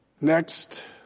Next